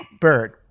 bird